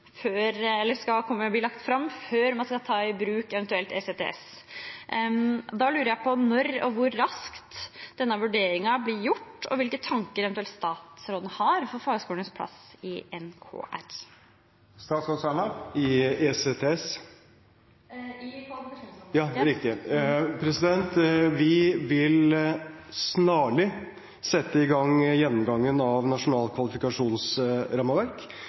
ECTS. Da lurer jeg på når og hvor raskt denne vurderingen blir gjort, og hvilke tanker eventuelt statsråden har for fagskolenes plass i NKR. I ECTS? I kvalifikasjonsrammeverket. Vi vil snarlig sette i gang gjennomgangen av Nasjonalt kvalifikasjonsrammeverk.